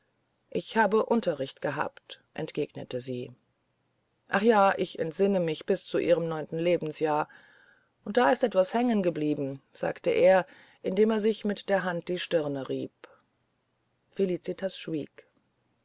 ich habe unterricht gehabt entgegnete sie ach ja ich entsinne mich bis zu ihrem neunten lebensjahre und da ist etwas hängen geblieben sagte er indem er sich mit der hand die stirne rieb felicitas schwieg